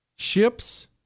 Ships